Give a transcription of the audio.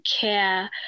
care